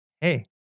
Hey